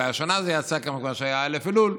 אולי השנה זה יצא כיוון שהיה א' אלול.